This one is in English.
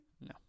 no